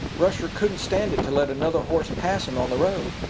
rusher couldn't stand it to let another horse pass him on the road.